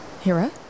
Hira